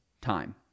time